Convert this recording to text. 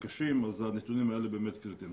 הקשים אז הנתונים האלה באמת קריטיים.